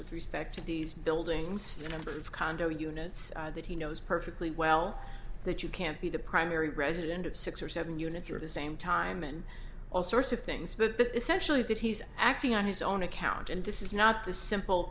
with respect to these buildings and condo units that he knows perfectly well that you can't be the primary resident of six or seven units or the same time and all sorts of things but essentially that he's acting on his own account and this is not the simple